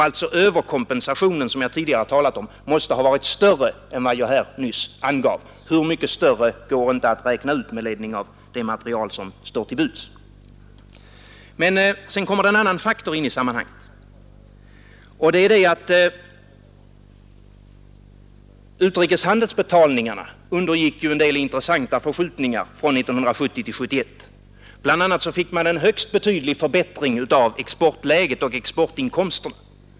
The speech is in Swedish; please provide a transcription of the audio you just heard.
Alltså måste överkompensationen som jag tidigare har talat om ha varit större än vad jag nyss angav; hur mycket större går det inte att räkna ut med ledning av det material som står till buds. Det finns också en annan faktor som kommer in i sammanhanget, nämligen att utrikeshandelsbetalningarna undergick en del intressanta förskjutningar under åren 1970 och 1971; bl.a. fick man en högst betydlig förbättring av exportläget och exportinkomsterna.